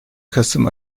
kasım